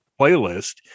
playlist